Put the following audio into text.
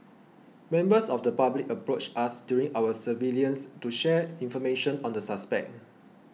members of the public approached us during our surveillance to share information on the suspect